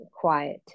quiet